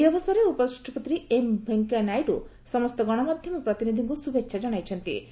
ଏହି ଅବସରରେ ଉପରାଷ୍ଟ୍ରପତି ଏମ୍ ଭେଙ୍କେୟା ନାଇଡୁ ସମସ୍ତ ଗଣମାଧ୍ଧମ ପ୍ରତିନିଧି ମାନଙ୍କୁ ଶୁଭେଛା ଜଣାଇଛଡି